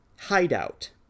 hideout